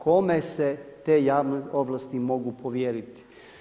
Kome se te javne ovlasti mogu povjeriti?